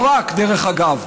לא רק, דרך אגב.